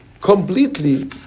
completely